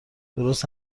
درست